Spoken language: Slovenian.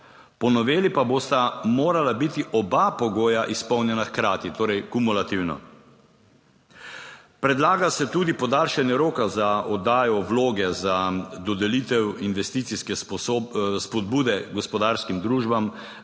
Po noveli pa bosta morala biti oba pogoja izpolnjena hkrati. Torej kumulativno. Predlaga se tudi podaljšanje roka za oddajo Vloge za dodelitev investicijske spodbude gospodarskim družbam